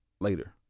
later